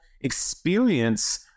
experience